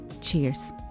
Cheers